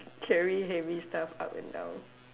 carry heavy stuff up and down